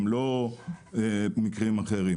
הם לא מקרים אחרים.